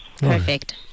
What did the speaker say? Perfect